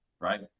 right